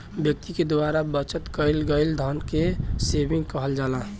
व्यक्ति के द्वारा बचत कईल गईल धन के सेविंग कहल जाला